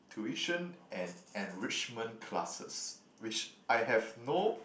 tuition and enrichment classes which I have no